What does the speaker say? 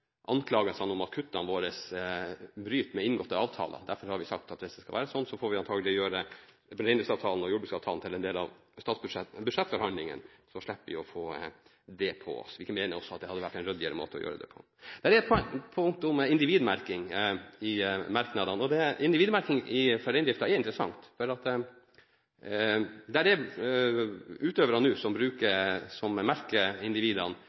om at kuttene våre bryter med inngåtte avtaler. Derfor har vi sagt at hvis det skal være sånn, får vi antakelig gjøre både reindriftsavtalen og jordbruksavtalen til en del av budsjettforhandlingen, så slipper vi å få det på oss. Vi mener også at det hadde vært en ryddigere måte å gjøre det på. Det er et punkt om individmerking i merknadene, og individmerking for reindriften er interessant. Det er utøvere nå som merker individene